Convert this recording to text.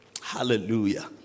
Hallelujah